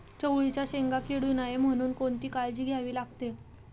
चवळीच्या शेंगा किडू नये म्हणून कोणती काळजी घ्यावी लागते?